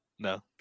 No